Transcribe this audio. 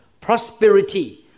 prosperity